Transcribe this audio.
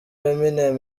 eminem